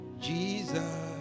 jesus